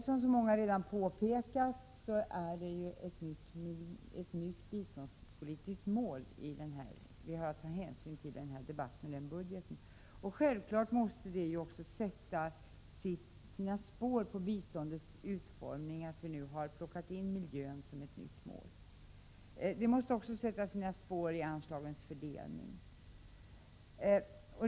Som så många redan påpekat är det ett nytt biståndspolitiskt mål som vi har att ta hänsyn till i den här debatten och i den här budgeten. Självfallet måste det faktum att vi nu har plockat in miljön som ett nytt mål sätta sina spår i biståndets utformning. Det måste också sätta sina spår i anslagsfördelningen.